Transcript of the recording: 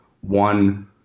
one